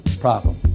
problem